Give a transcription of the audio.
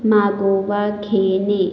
मागोवा घेणे